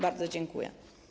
Bardzo dziękuję.